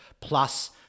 plus